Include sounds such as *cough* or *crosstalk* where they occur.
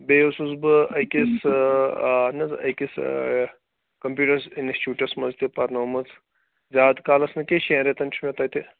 بیٚیہِ اوسُس بہٕ أکِس *unintelligible* آہَن حظ أکِس کَمپیوٗٹَر اِنَسچیوٗٹَس منٛز تہِ پَرنٲومٕژ زیادٕ کالَس نہٕ کیٚنہہ شٮ۪ن رٮ۪تَن چھُ مےٚ تَتہِ